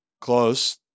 Close